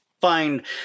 find